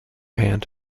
hand